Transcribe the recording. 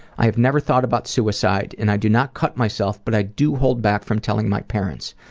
i have never thought about suicide and i do not cut myself, but i do hold back from telling my parents.